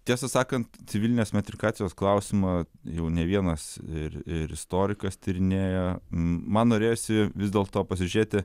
tiesą sakant civilinės metrikacijos klausimą jau ne vienas ir ir istorikas tyrinėja man norėjosi vis dėl to pasižiūrėti